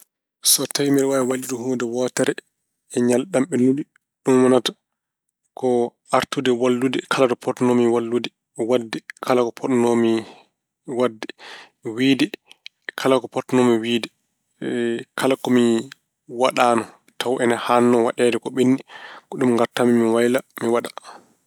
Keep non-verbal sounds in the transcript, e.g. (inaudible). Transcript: So tawi mbeɗa waawi waylude huunde wootere e ñalɗi am ɓennuɗi, ɗum wonata ko artude walyude kala to potnoomi waylude, waɗde kala ko potnoomi waɗde, wiyde kala ko potnoomi wiyde. (hesitation) Kala ko mi waɗaano ko ine haannoo waɗeede ko ɓennɗi ko ɗum ngartam-mi mi wayla, mi waɗa.